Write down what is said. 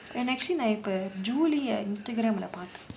and actually நான் இப்போ:naan ippo julie Instagram leh பார்த்தேன்:paarthaen